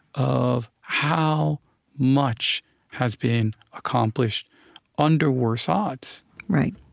of how much has been accomplished under worse odds right,